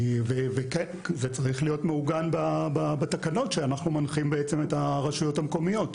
זה צריך להיות מעוגן בתקנות שאנחנו מנחים את הרשויות המקומיות,